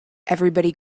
everybody